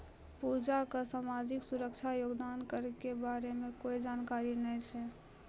पूजा क सामाजिक सुरक्षा योगदान कर के बारे मे कोय जानकारी नय छै